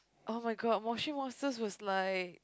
[oh]-my-god Moshi-Monsters was like